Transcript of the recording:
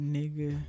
nigga